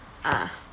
ah